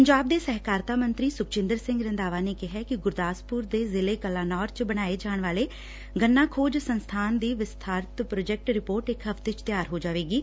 ਪੰਜਾਬ ਦੇ ਸਹਿਕਾਰਤਾ ਮੰਤਰੀ ਸੁਖਜਿੰਦਰ ਸਿੰਘ ਰੰਧਾਵਾ ਨੇ ਕਿਹਾ ਕਿ ਗੁਰਦਾਸਪੁਰ ਦੇ ਜ਼ਿਲੇ ਕਲਾਨੌਰ ਚ ਬਣਾਏ ਜਾਣ ਵਾਲੇ ਗੰਨਾ ਖੋਜ ਸੰਸਥਾਨ ਦੀ ਵਿਸਥਾਰਤ ਪ੍ਰੋਜੈਕਟ ਰਿਪੋਰਟ ਇਕ ਹਫ਼ਤੇ ਵਿਚ ਤਿਆਰ ਹੋ ਜਾਵੇਗੀ